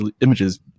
images